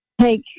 take